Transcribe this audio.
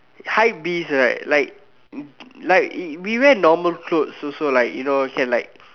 hypebeast right like like we wear normal clothes also like you know can like